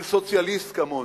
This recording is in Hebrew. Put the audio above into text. של סוציאליסט כמוני.